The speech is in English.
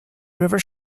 river